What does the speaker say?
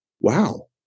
wow